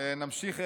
נמשיך,